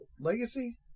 legacy